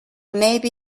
maybe